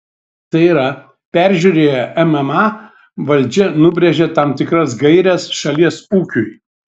tai yra peržiūrėję mma valdžia nubrėžia tam tikras gaires šalies ūkiui